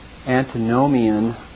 antinomian